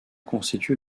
constitue